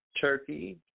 turkey